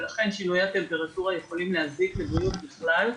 ולכן שינוי הטמפרטורה יכולים להזיק לבריאות בכלל,